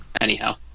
Anyhow